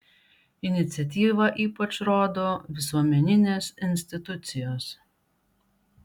iniciatyvą ypač rodo visuomeninės institucijos